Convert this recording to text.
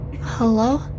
hello